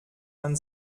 man